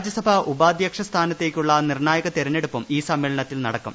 രാജ്യസഭാ ഉപാദ്ധ്യക്ഷ സ്ഥാനത്തേക്കുള്ള നിർണായക തെരഞ്ഞെടുപ്പും ഈ സമ്മേളനത്തിൽ നടക്കും